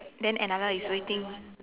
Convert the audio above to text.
then another is waiting